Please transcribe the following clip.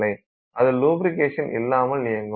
அது லுப்பிரிக்கேஷன் இல்லாமல் இயங்கும்